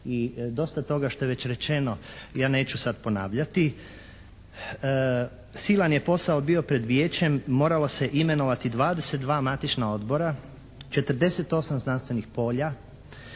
I dosta toga što je već rečeno ja neću sad ponavljati. Silan je posao bio pred Vijećem. Moralo se imenovati 22 matična odbora, 48 znanstvenih polja,